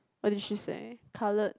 what did she say coloured